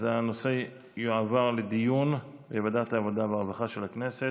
הנושא יעבור לדיון בוועדת העבודה והרווחה של הכנסת.